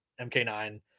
MK9